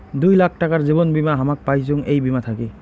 দুই লাখ টাকার জীবন বীমা হামাক পাইচুঙ এই বীমা থাকি